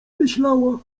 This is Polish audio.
myślała